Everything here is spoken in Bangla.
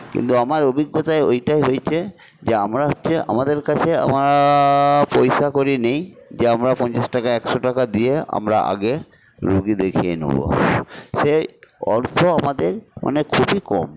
কিন্তু আমার অভিজ্ঞতায় ওইটাই হয়েছে যে আমরা হচ্ছে আমাদের কাছে আমার পয়সাকড়ি নেই যে আমরা পঞ্চাশ টাকা একশো টাকা দিয়ে আমরা আগে রুগি দেখিয়ে নেব সে অর্থ আমাদের অনেক খুবই কম